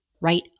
right